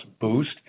boost